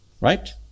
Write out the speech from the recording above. right